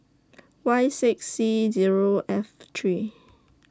Y six C Zero F three